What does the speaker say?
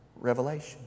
revelation